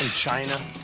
ah china.